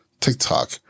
TikTok